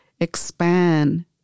expand